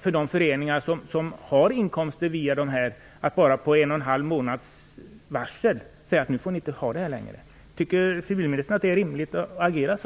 för de föreningar som har inkomster via dessa automater när man med en och en halv månads varsel säger att de inte får ha dem längre. Tycker civilministern att det är rimligt att agera så?